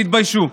תתביישו.